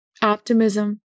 Optimism